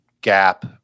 Gap